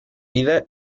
ida